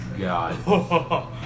god